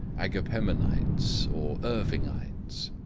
agapemonites or irvingites.